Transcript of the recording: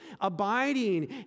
abiding